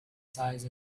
size